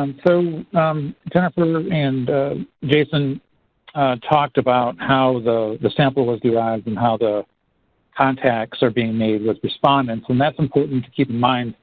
um so jennifer and jason talked about how the the sample was derived and how the contacts are being made with respondents. and that's important to keep in mind